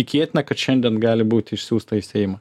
tikėtina kad šiandien gali būt išsiųsta į seimą